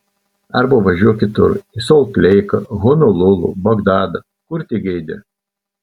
arba važiuok kitur į solt leiką honolulu bagdadą kur tik geidi